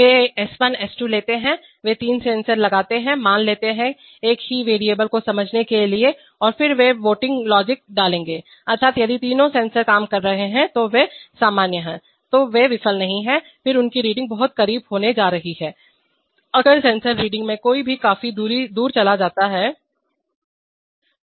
वे S1 S2 लेते हैं वे तीन सेंसर लगाते हैं मान लेते हैं एक ही चरवेरिएबल को समझने के लिए और फिर वे एक वोटिंग लॉजिक डालेंगे अर्थात यदि तीनों सेंसर काम कर रहे हैं तो वे सामान्य हैंतो वे विफल नहीं हैं फिर उनकी रीडिंग बहुत करीब होने जा रहा है अगर सेंसर रीडिंग्स में से कोई भी काफी दूर चला जाता है